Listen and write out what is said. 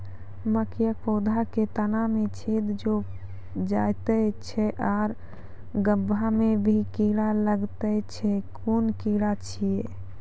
मकयक पौधा के तना मे छेद भो जायत छै आर गभ्भा मे भी कीड़ा लागतै छै कून कीड़ा छियै?